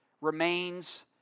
remains